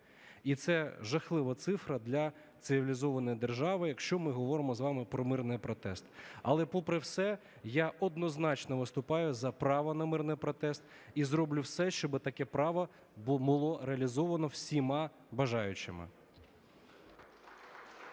і це жахлива цифра для цивілізованої держави, якщо ми говоримо з вами про мирний протест. Але попри все, я однозначно виступаю за право на мирний протест і зроблю все, щоби таке право було реалізовано всіма бажаючими.